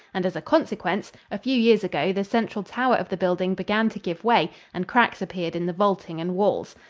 and as a consequence, a few years ago the central tower of the building began to give way and cracks appeared in the vaulting and walls.